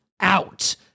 out